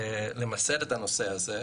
למסד את הנושא הזה,